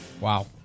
Wow